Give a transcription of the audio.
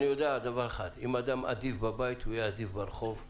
אני חושב שאם אדם אדיב בבית הוא יהיה אדיב ברחוב,